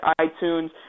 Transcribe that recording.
iTunes